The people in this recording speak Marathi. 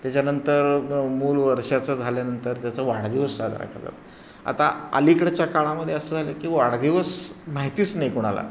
त्याच्यानंतर मूल वर्षाचं झाल्यानंतर त्याचा वाढदिवस साजरा करतात आता अलीकडच्या काळामध्ये असं झालं की वाढदिवस माहितीच नाही कुणाला